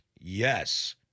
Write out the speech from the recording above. Yes